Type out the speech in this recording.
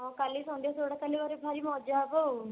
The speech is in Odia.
ହଉ କାଲି ସନ୍ଧ୍ୟା ସୋ'ଟା ତ ଭାରି ମଜା ହବ ଆଉ